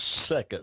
second